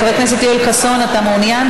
חבר הכנסת יואל חסון, אתה מעוניין?